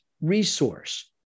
resource